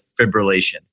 fibrillation